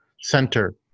center